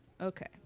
Okay